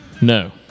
No